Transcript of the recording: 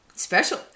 Special